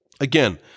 Again